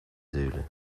zulu